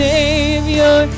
Savior